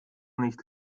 nicht